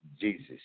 Jesus